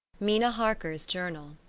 mina harker's journal.